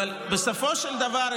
אבל בסופו של דבר,